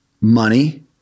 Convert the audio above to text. money